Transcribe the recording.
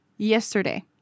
Yesterday